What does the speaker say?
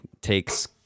takes